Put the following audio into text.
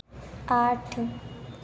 आठ